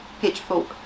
Pitchfork